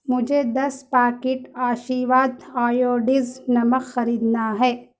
مجھے دس packet Aashirvaad iodised نمک خریدنا ہے